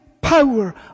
power